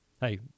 hey